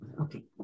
Okay